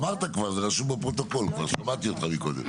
אמרת כבר, זה רשום בפרוטוקול, שמעתי אותך קודם.